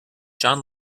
john